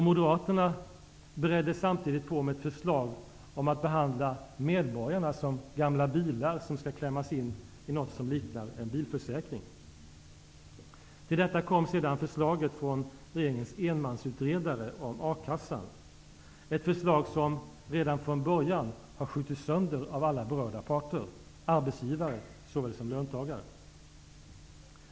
Men där har regeringen fått underkänt även av de borgerliga i utskottet, som enats med Ny demokrati om att sätta in en konsumtionsstimulans. Vad blev det då av alla uttalanden, allt förhandlande och alla rubriker?